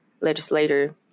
legislator